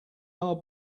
are